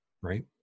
Right